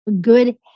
good